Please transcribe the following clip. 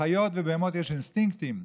לחיות ובהמות יש אינסטינקטים,